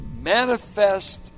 manifest